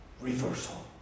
Reversal